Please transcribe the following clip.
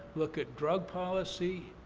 look at drug policy.